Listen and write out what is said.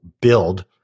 build